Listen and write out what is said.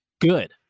good